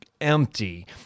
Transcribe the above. empty